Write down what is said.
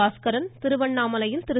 பாஸ்கரனும் திருவண்ணாமலையில் திரு